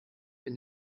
bin